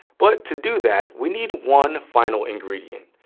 but to do that, we need one final ingredient.